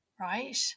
Right